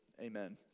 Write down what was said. Amen